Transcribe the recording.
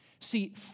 See